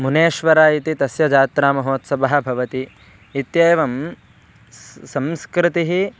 मुनेश्वर इति तस्य जात्रामहोत्सवः भवति इत्येवं स् संस्कृतिः